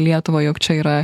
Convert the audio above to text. lietuvą jog čia yra